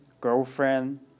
girlfriend